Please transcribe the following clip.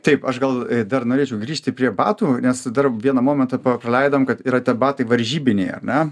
taip aš gal dar norėčiau grįžti prie batų nes dar vieną momentą pa praleidom kad yra tie batai varžybinėje ne